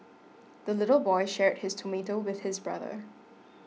the little boy shared his tomato with his brother